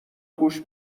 گوش